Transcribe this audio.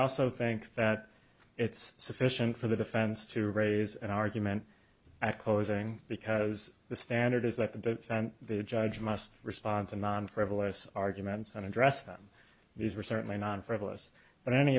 also think that it's sufficient for the defense to raise an argument a closing because the standard is that the judge must respond to non frivolous arguments and address them these were certainly non frivolous but